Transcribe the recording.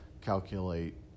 calculate